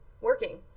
working